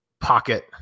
pocket